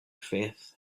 faith